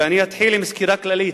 ואני אתחיל בסקירה כללית,